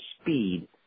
speed